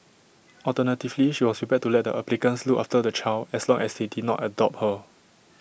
alternatively she was prepared to let applicants look after the child as long as they did not adopt her